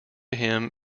him